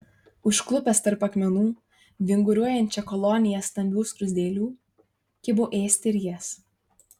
užklupęs tarp akmenų vinguriuojančią koloniją stambių skruzdėlių kibo ėsti ir jas